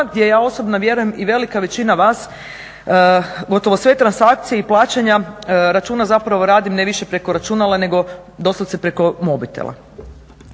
gdje ja osobno vjerujem i velika većina vas gotovo sve transakcije i plaćanja računa zapravo radim ne više preko računala nego doslovce preko mobitela.